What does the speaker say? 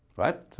right? so,